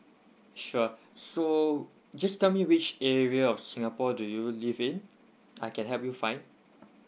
sure so just tell me which area of singapore do you live in I can help you find